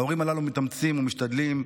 ההורים הללו מתאמצים ומשתדלים,